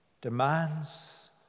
Demands